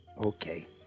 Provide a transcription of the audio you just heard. okay